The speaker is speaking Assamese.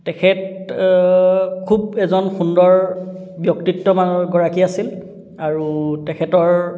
তেখেত খুব এজন সুন্দৰ ব্যক্তিত্ববানৰ গৰাকী আছিল আৰু তেখেতৰ